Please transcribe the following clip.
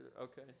okay